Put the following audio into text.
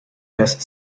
best